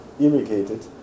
irrigated